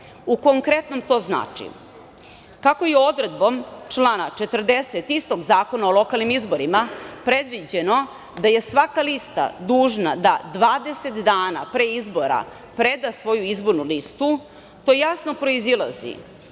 U konkretnom, to znači, kako je odredbom člana 40. istog Zakona o lokalnim izborima predviđeno da je svaka lista dužna da 20 dana pre izbora preda svoju izbornu listu, to jasno proizilazi